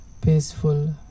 peaceful